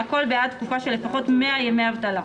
והכל בעד תקופה של לפחות 100 ימי אבטלה,